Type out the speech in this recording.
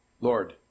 Lord